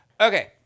Okay